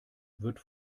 wird